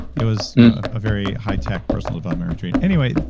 it was a very high tech personal development retreat. anyway,